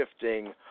shifting